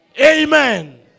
Amen